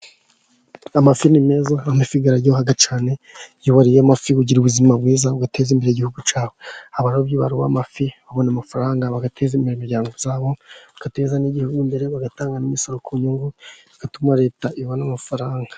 Amafi ni meza araryoha cyane iyo wariye amafi ugira ubuzima bwiza ugateza imbere Igihugu. Abarobyi bamafi babona amafaranga bagateza imbere imiryango yabo bagateza n'Igihugu imbere, bagatanga n'imisoro ku nyungu bigatuma leta ibona amafaranga.